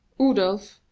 odulph,